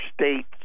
states